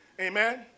Amen